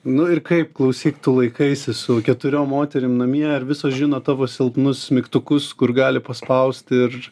nu ir kaip klausyk tu laikaisi su keturiom moterim namie ar visos žino tavo silpnus mygtukus kur gali paspaust ir